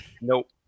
Nope